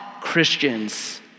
Christians